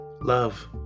Love